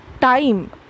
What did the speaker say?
time